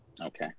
Okay